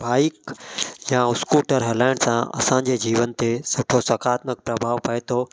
bike या scooter हलाइण सां असांजे जीवन ते सुठो सकारात्मक प्रभाव पए थो